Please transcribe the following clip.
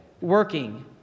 working